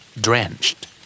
Drenched